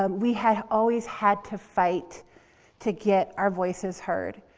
um we had always had to fight to get our voices heard.